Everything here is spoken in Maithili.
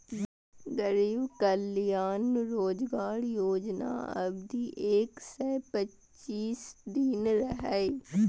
गरीब कल्याण रोजगार योजनाक अवधि एक सय पच्चीस दिन रहै